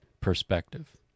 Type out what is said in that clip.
perspective